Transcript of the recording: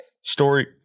Story